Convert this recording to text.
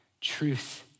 Truth